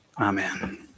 amen